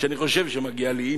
אני חושב שמגיע לי.